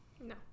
no